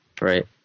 Right